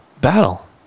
battle